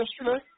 yesterday